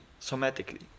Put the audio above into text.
somatically